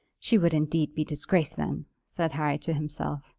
she would indeed be disgraced then, said harry to himself.